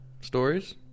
stories